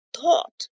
thought